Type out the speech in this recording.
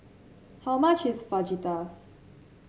how much is Fajitas